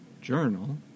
journal